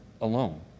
alone